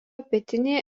pietinėje